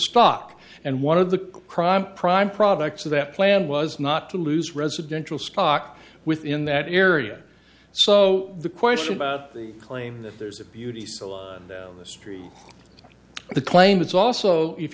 stock and one of the crime prime products of that plan was not to lose residential spock within that area so the question about the claim that there's a beauty salon down the street the claim is also if